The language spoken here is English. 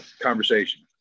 conversation